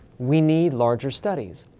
we need larger studies.